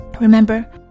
Remember